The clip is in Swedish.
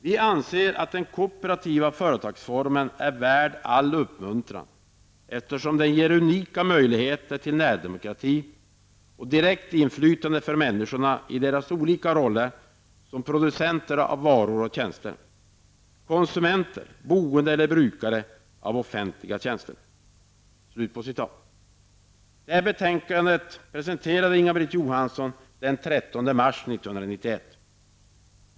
''Vi anser att den kooperativa företagsformen är värd all uppmuntran eftersom den ger unika möjligheter till närdemokrati och direkt inflytande för människorna i deras olika roller som producenter av varor och tjänster, konsumenter, boende eller brukare av offentliga tjänster.'' Johansson den 13 mars 1991.